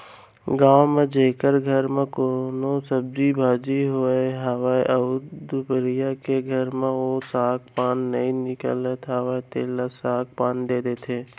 गाँव म जेखर घर म कोनो सब्जी भाजी होवत हावय अउ दुसरइया के घर म ओ साग पान नइ निकलत हावय तेन ल साग पान दे देथे